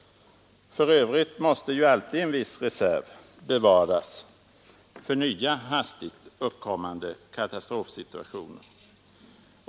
För övrigt måste ju alltid en viss reserv bevaras för nya, hastigt uppkommande katastrofsituationer.